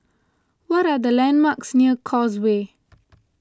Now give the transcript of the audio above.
what are the landmarks near Causeway